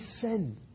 sin